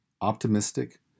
optimistic